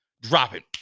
Dropping